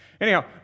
Anyhow